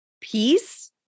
peace